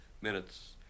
minutes